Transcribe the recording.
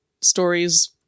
stories